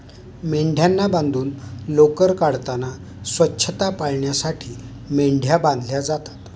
मेंढ्यांना बांधून लोकर काढताना स्वच्छता पाळण्यासाठी मेंढ्या बांधल्या जातात